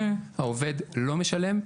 העובד לא משלם,